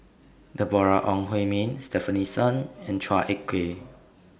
Deborah Ong Hui Min Stefanie Sun and Chua Ek Kay